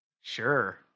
Sure